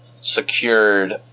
secured